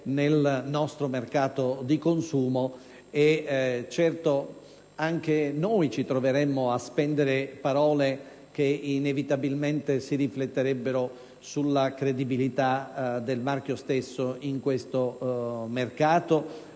nel nostro mercato di consumo: certo, anche noi ci troveremmo a spendere parole che inevitabilmente si rifletterebbero sulla credibilità del marchio stesso in questo mercato.